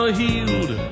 healed